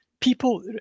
People